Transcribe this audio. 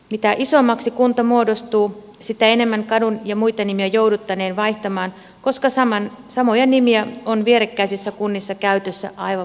mitä isommaksi kunta muodostuu sitä enemmän kadun ja muita nimiä jouduttaneen vaihtamaan koska samoja nimiä on vierekkäisissä kunnissa käytössä aivan varmasti